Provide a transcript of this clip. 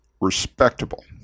respectable